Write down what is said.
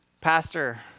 Pastor